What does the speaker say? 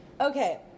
Okay